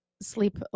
sleep